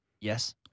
Yes